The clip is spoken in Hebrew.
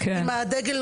אם הדגל,